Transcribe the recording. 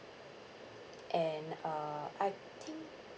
and uh I think